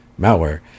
malware